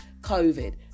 COVID